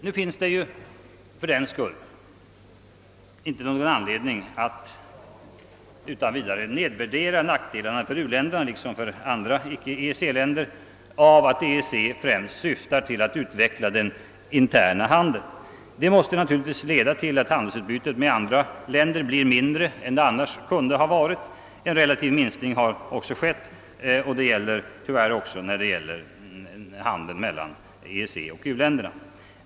Nu finns det fördenskull ingen anledning att utan vidare nedvärdera nackdelarna för u-länderna — liksom för andra icke EEC-länder — av att EEC främst syftar till att utveckla den interna handeln. Följden måste naturligtvis bli att handelsutbytet med andra länder blir mindre än det annars skulle ha varit. En relativ minskning har också skett — det gäller också för handeln mellan EEC och u-länderna.